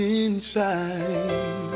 inside